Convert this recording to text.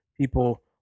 people